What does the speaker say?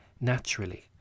naturally